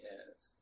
Yes